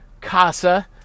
casa